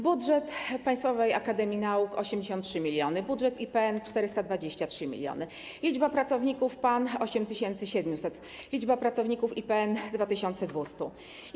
Budżet Państwowej Akademii Nauk - 83 mln, budżet IPN - 423 mln, liczba pracowników PAN - 8700, liczba pracowników IPN - 2200.